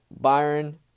Byron